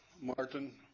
Martin